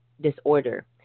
disorder